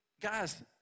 guys